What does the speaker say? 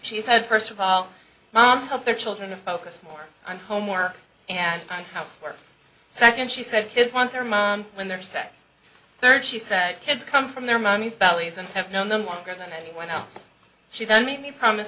she said first of all moms help their children to focus more on homework and housework second she said kids want their money when they're second third she said kids come from their mommy's bellies and have known them longer than anyone else she done made me promise